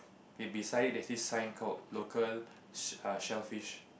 and beside it there's this sign called local err shellfish